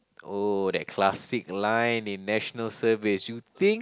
oh that classic line in National Service you think